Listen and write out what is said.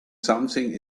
something